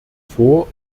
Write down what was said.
vor